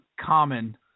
common